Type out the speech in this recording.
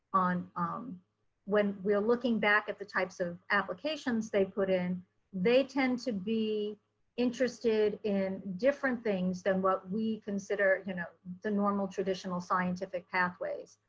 um when we're looking back at the type so of applications they put in they tend to be interested in different things that what we consider you know the normal, traditional scientific pathways.